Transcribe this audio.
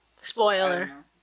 Spoiler